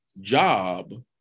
job